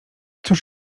cóż